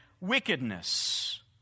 wickedness